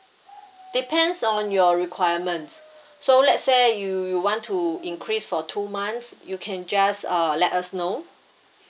depends on your requirements so let's say you you want to increase for two months you can just uh let us know